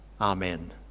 Amen